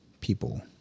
people